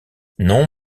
non